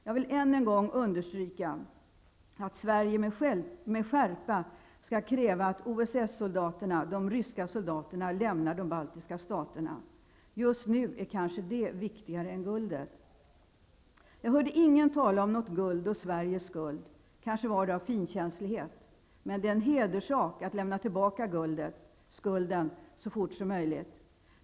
Jag vill än en gång understryka att Sverige med skärpa skall kräva att OSS-soldaterna, de ryska soldaterna, lämnar de baltiska staterna. Just nu är kanske det viktigare än guldet. Jag hörde ingen tala om något guld och Sveriges skuld. Kanske var det av finkänslighet. Men det är en hederssak att betala skulden, lämna tillbaka guldet, så fort som möjligt.